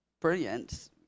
brilliant